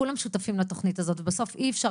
כולם שותפים לתוכנית הזאת ובסוף אי אפשר